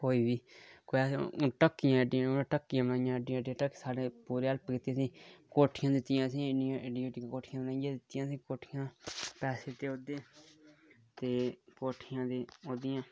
हुन ढक्कियां बनाइयां ते पैसे दित्ते ते कोठियां बनाई दित्तियां साढ़ी बड़ी हैल्प कीती